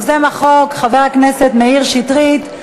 יוזם החוק, חבר הכנסת מאיר שטרית.